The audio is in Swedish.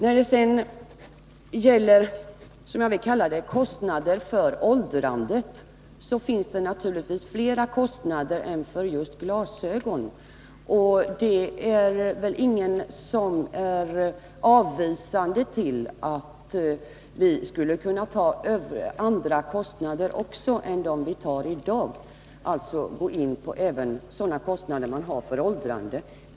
När det sedan gäller det som jag vill kalla kostnader för åldrande finns det naturligtvis fler sådana kostnader än för just glasögon. Ingen ställer sig väl avvisande till att vi i försäkringssystemet skulle kunna infoga också andra kostnader än dem vi tar in där i dag — och då även sådana kostnader som man har för åldrande.